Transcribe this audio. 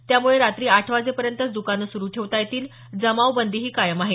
त्यामुळे रात्री आठ वाजेपर्यंतच दुकान सुरु ठेवता येतील जमावबदीही कायम आहे